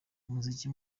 umuziki